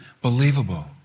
believable